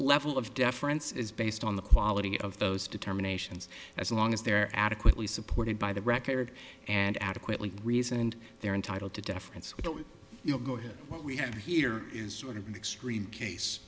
level of deference is based on the quality of those determinations as long as they're adequately supported by the record and adequately reasoned they're entitled to deference with you know go ahead what we have here is sort of an extreme case